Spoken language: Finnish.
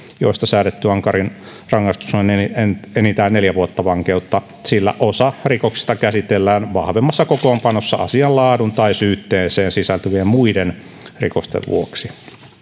joista säädetty ankarin rangaistus on enintään neljä vuotta vankeutta sillä osa rikoksista käsitellään vahvemmassa kokoonpanossa asian laadun tai syytteeseen sisältyvien muiden rikosten vuoksi